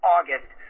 August